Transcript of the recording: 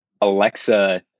Alexa